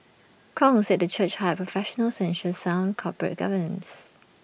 Kong said the church hired professionals to ensure sound corporate governance